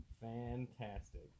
Fantastic